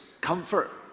comfort